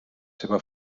seva